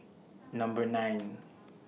Number nine